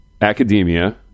academia